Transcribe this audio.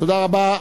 תודה רבה.